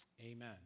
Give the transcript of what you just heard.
amen